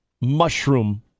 mushroom